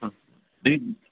हा ठीकु